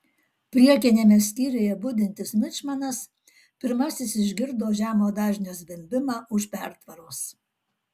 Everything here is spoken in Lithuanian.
priekiniame skyriuje budintis mičmanas pirmasis išgirdo žemo dažnio zvimbimą už pertvaros